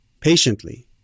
patiently